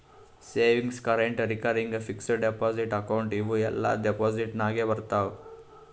savings, current, recurring, fixed deposit account ಇವೂ ಎಲ್ಲಾ deposit ನಾಗೆ ಬರ್ತಾವ್